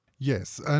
Yes